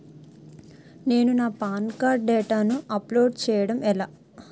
నేను నా PAN card డేటాను అప్లోడ్ చేయడం ఎలా?